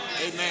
Amen